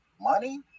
Money